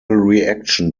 reaction